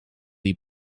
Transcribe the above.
die